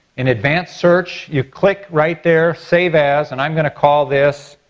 in advanced search you click right there save as and i'm going to call this